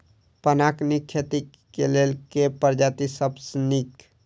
पानक नीक खेती केँ लेल केँ प्रजाति सब सऽ नीक?